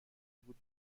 بود